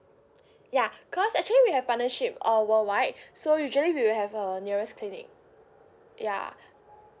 ya because actually we have partnership uh worldwide so usually we will have a nearest clinic ya